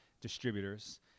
distributors